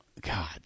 God